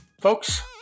Folks